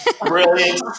brilliant